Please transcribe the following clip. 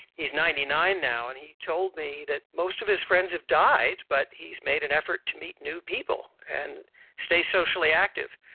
he's ninety nine now and he told me that most of his friends have died, but he's made an effort to meet new people and stay socially active.